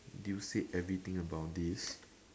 you said everything about this